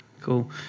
Cool